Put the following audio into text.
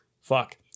fuck